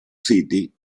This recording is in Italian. city